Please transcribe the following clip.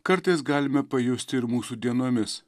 kartais galime pajusti ir mūsų dienomis